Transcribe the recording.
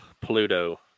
Pluto